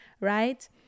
right